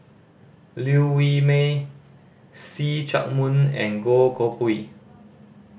Liew Wee Mee See Chak Mun and Goh Koh Pui